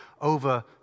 over